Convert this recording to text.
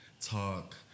talk